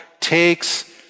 takes